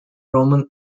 roman